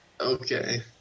okay